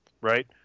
right